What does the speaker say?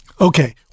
Okay